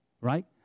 right